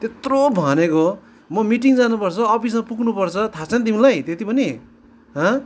त्यत्रो भनेको म मिटिङ जानुपर्छ अफिसमा पुग्नुपर्छ थाहा छैन तिमीलाई त्यति पनि हँ